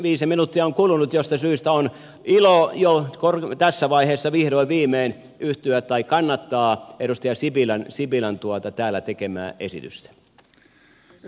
viisi minuuttia on kulunut mistä syystä on ilo tässä vaiheessa vihdoin viimein kannattaa edustaja sipilän täällä tekemää esitystä